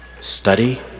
study